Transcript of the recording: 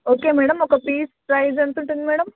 okay madam ఒక piece price ఎంత ఉంటుంది మ్యాడమ్